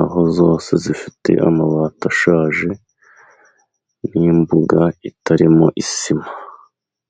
aho zose zifite amabati ashaje n'imbuga itarimo isima.